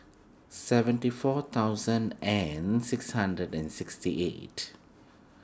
seventy four thousand and six hundred and sixty eight